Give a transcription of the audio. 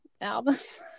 albums